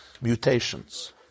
mutations